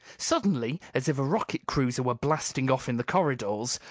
suddenly, as if a rocket cruiser were blasting off in the corridors,